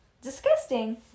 Disgusting